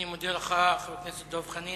אני מודה לך, חבר הכנסת דב חנין.